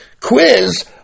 Quiz